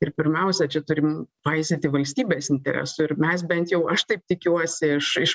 ir pirmiausia čia turim paisyti valstybės interesų ir mes bent jau aš taip tikiuosi iš iš